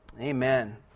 Amen